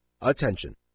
Attention